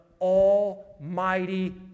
Almighty